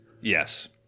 Yes